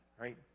right